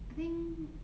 I think